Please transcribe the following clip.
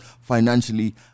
financially